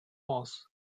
mosques